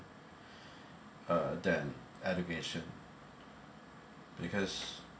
uh than education because